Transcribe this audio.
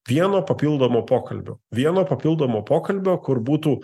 vieno papildomo pokalbio vieno papildomo pokalbio kur būtų